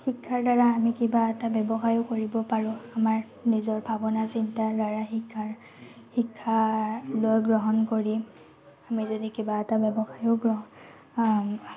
শিক্ষাৰ দ্বাৰা আমি কিবা এটা ব্যৱসায়ো কৰিব পাৰোঁ আমাৰ নিজৰ ভাৱনা চিন্তা দ্বাৰাই শিক্ষাৰ শিক্ষা লৈ গ্ৰহণ কৰি আমি যদি কিবা এটা ব্যৱসায়ো